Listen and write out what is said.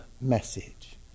message